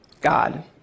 God